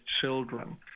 children